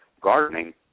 gardening